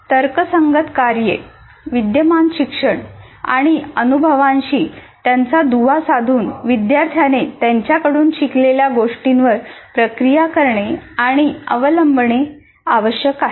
तर्कसंगत कार्ये विद्यमान शिक्षण आणि अनुभवाशी त्यांचा दुवा साधून विद्यार्थ्याने त्यांच्याकडून शिकलेल्या गोष्टींवर प्रक्रिया करणे आणि अवलंबणे आवश्यक आहे